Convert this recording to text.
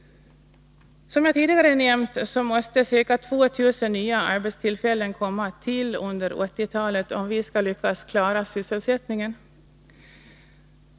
Som jag tidigare nämnt, mäste ca 2 000 nya arbetstillfällen komma till under 1980-talet, om vi skall lyckas klara sysselsättningen.